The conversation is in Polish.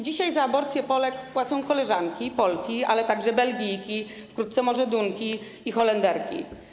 Dzisiaj za aborcję Polek płacą koleżanki, Polki, ale także Belgijki, wkrótce może Dunki i Holenderki.